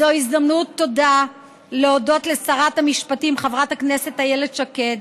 זו הזדמנות טובה להודות לשרת המשפטים חברת הכנסת איילת שקד,